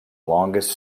longest